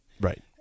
Right